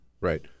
Right